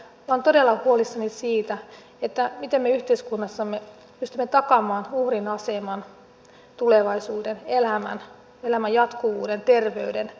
olen todella huolissani siitä miten me yhteiskunnassamme pystymme takaamaan uhrin aseman tulevaisuuden elämän elämän jatkuvuuden terveyden